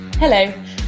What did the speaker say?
Hello